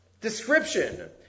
description